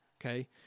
okay